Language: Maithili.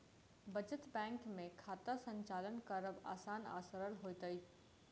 बचत बैंक मे खाता संचालन करब आसान आ सरल होइत छै